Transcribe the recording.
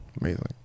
Amazing